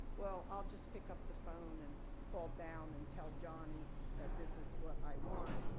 well, i'll just pick up the phone and call down and tell johnny that this is what i want,